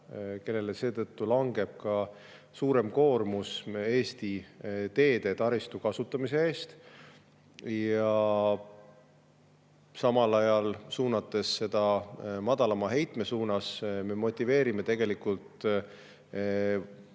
kellele seetõttu langeb suurem koormus Eesti teetaristu kasutamise eest. Ja samal ajal suunates seda madalama heite suunas me motiveerime tegelikult